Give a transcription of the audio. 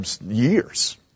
Years